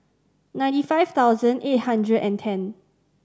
ninety five thousand eight hundred and ten